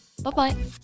Bye-bye